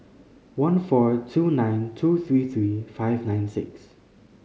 one four two nine two three three five nine six